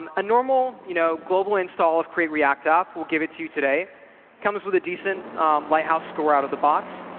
um a normal you know global install of create react app we'll give it to you today comes with a decent lighthouse score out of the box.